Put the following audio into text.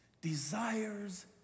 desires